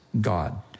God